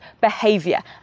behavior